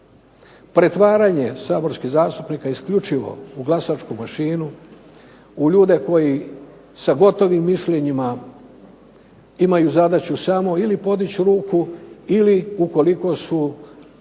Pretvaranje saborskih zastupnika isključivo u glasačku mašinu u ljude koji sa gotovim mišljenjima imaju zadaću samo ili podići ruku ili ukoliko su